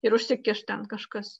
ir užsikiš ten kažkas